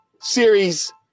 Series